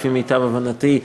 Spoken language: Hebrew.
לפי מיטב הבנתי,